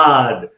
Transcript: God